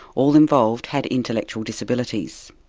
all involved had intellectual disabilities.